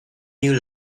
như